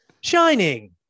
Shining